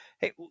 Hey